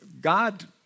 God